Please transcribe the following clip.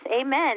Amen